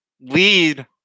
lead